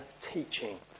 teaching